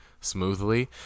Smoothly